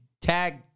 tag